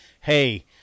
Hey